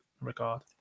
regard